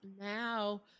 Now